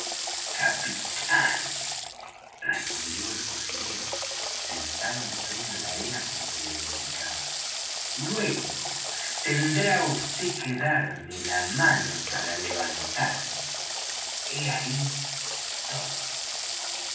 capitán respondió el cocinero sentándose en la arena como se le indicaba luego tendrá vd que darme la mano para levantarme he ahí todo